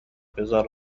بذار